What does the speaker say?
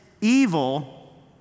evil